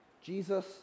Jesus